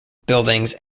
buildings